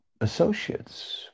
associates